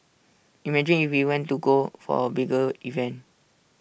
imagine if we want to go for A bigger event